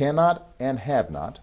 cannot and have not